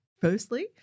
firstly